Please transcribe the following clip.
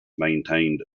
maintained